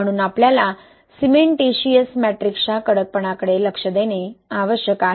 म्हणून आपल्याला सिमेंटिशिअस मॅट्रिक्सच्या कडकपणाकडे लक्ष देणे आवश्यक आहे